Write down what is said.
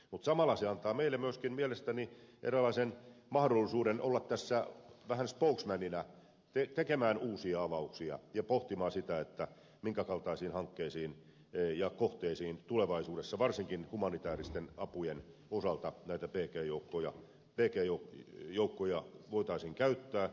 mutta samalla se antaa meille myöskin mielestäni eräänlaisen mahdollisuuden olla tässä vähän spokesmanina tekemään uusia avauksia ja pohtimaan sitä minkä kaltaisiin hankkeisiin ja kohteisiin tulevaisuudessa varsinkin humanitääristen apujen osalta näitä bg joukkoja voitaisiin käyttää